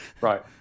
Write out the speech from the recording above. right